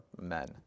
men